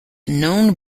known